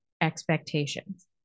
expectations